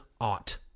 ought